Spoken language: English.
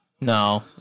No